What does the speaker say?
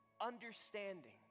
understanding